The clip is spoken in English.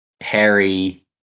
Harry